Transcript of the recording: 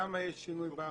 למה יש שינוי באחוזים?